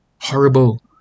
horrible